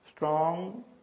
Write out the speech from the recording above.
strong